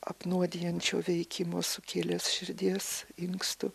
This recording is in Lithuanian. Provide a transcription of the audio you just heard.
apnuodijančio veikimo sukėlęs širdies inkstų